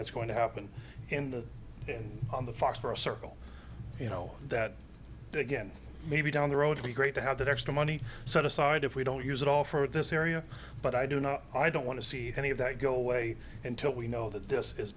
that's going to happen in the on the phosphorus circle you know that again maybe down the road we great to have that extra money set aside if we don't use it all for this area but i do know i don't want to see any of that go away until we know that this is